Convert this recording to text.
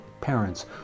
parents